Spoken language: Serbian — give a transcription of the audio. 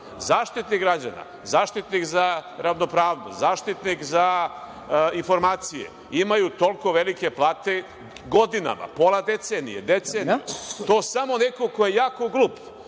Zaštitnik građana, Zaštitnik za ravnopravnost, Zaštitnik za informacije, imaju toliko velike plate godinama, pola decenije, deceniju. To samo neko ko je jako glup